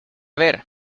ver